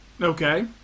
Okay